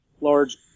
large